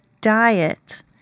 diet